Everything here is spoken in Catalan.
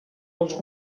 els